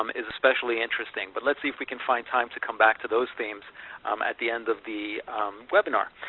um is especially interesting, but let's see if we can find time to come back to those themes at the end of the webinar.